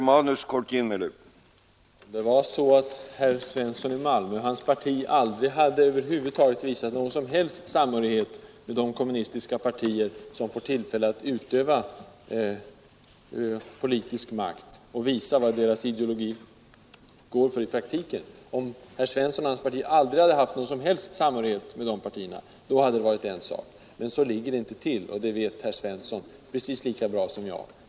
Herr talman! Om herr Svensson i Malmö och hans parti över huvud taget aldrig hade visat någon samhörighet med de kommunistiska partier som har fått tillfälle att utöva politisk makt och visa vad deras ideologi går för i praktiken, då hade det varit en annan sak. Men så ligger det inte till, och det vet herr Svensson precis lika bra som jag.